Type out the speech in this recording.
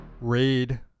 raid